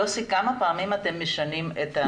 יוסי, כמה פעמים אתם משנים את הכללים?